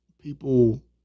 people